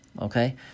Okay